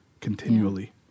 continually